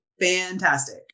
Fantastic